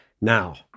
Now